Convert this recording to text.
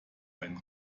einen